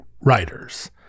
writers